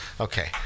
Okay